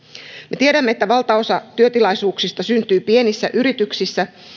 me tiedämme että valtaosa työtilaisuuksista syntyy pienissä yrityksissä